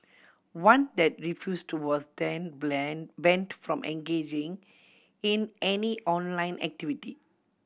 one that refused was then banned from engaging in any online activity